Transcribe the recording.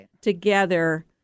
together